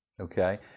Okay